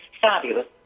fabulous